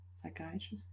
Psychiatrist